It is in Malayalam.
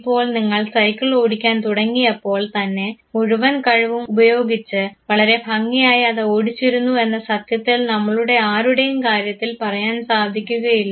ഇപ്പോൾ നിങ്ങൾ സൈക്കിൾ ഓടിക്കാൻ തുടങ്ങിയപ്പോൾ തന്നെ മുഴുവൻ കഴിവും ഉപയോഗിച്ച് വളരെ ഭംഗിയായി അത് ഓടിച്ചിരുന്നു എന്ന് സത്യത്തിൽ നമ്മളുടെ ആരുടെയും കാര്യത്തിൽ പറയാൻ സാധിക്കുകയില്ല